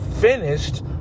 finished